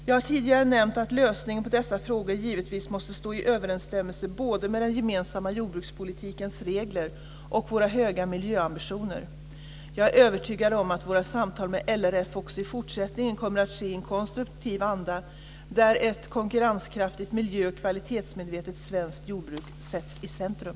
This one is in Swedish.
Jag har tidigare nämnt att lösningen på dessa frågor givetvis måste stå i överensstämmelse både med den gemensamma jordbrukspolitikens regler och våra höga miljöambitioner. Jag är övertygad om att våra samtal med LRF också i fortsättningen kommer att ske i en konstruktiv anda, där ett konkurrenskraftigt miljö och kvalitetsmedvetet svenskt jordbruk sätts i centrum.